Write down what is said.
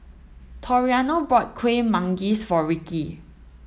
Toriano bought Kuih Manggis for Ricky